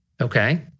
Okay